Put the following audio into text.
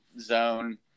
zone